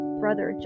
brother